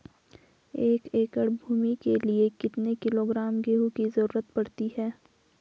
एक एकड़ भूमि के लिए कितने किलोग्राम गेहूँ की जरूरत पड़ती है?